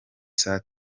saa